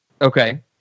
Okay